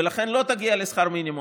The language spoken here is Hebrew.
ולכן לא תגיעי לשכר מינימום,